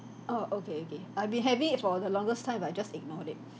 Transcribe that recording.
oh okay okay I've been having it for the longest time but just ignored it